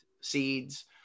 seeds